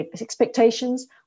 expectations